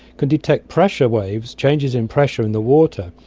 can detect pressure waves, changes in pressure in the water,